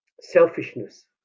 selfishness